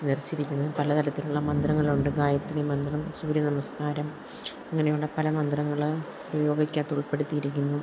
നിറച്ചിരിക്കുന്നത് പല തരത്തിലുള്ള മന്ത്രങ്ങളുണ്ട് ഗായത്രി മന്ത്രം സൂര്യനമസ്കാരം അങ്ങനെയുള്ള പല മന്ത്രങ്ങൾ യോഗയ്ക്കകത്ത് ഉൾപ്പെടുത്തിയിരിക്കുന്നു